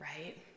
right